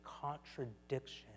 contradiction